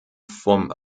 vom